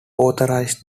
authorised